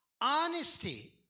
Honesty